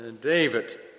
David